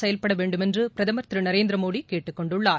செயல்பட வேண்டுமென்று பிரதமர் திரு நரேந்திரமோடி கேட்டுக் கொண்டுள்ளார்